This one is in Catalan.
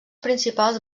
principals